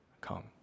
come